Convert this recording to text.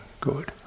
good